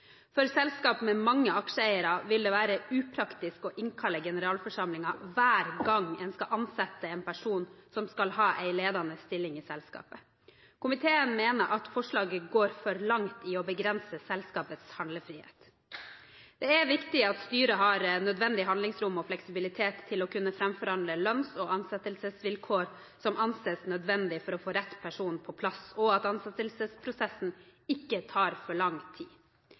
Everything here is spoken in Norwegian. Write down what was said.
For selskaper med mange aksjeeiere vil det være upraktisk å innkalle generalforsamlingen hver gang en skal ansette en person som skal ha en ledende stilling i selskapet. Komiteen mener at forslaget går for langt i å begrense selskapets handlefrihet. Det er viktig at styret har nødvendig handlingsrom og fleksibilitet til å kunne framforhandle lønns- og ansettelsesvilkår som anses som nødvendig for å få rett person på plass, og at ansettelsesprosessen ikke tar for lang tid.